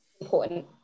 important